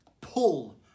pull